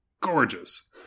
gorgeous